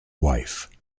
wife